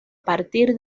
partir